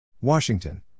Washington